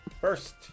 first